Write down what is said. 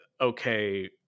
okay